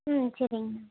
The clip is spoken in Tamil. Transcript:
ம் சரிங்கண்ணா